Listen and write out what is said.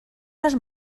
les